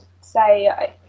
say